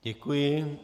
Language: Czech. Děkuji.